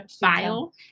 file